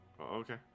Okay